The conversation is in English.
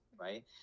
right